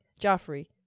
Joffrey